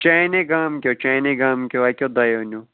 چانَے گامہٕ کٮ۪و چانَے گامہٕ کٮ۪و اَکٮ۪و دوٚیَو نِیٛوٗ